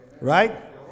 right